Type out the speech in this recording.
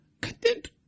content